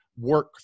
work